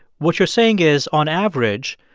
what you're saying is, on average,